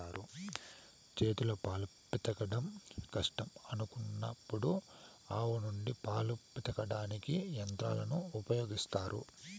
చేతితో పాలు పితకడం కష్టం అనుకున్నప్పుడు ఆవుల నుండి పాలను పితకడానికి యంత్రాలను ఉపయోగిత్తారు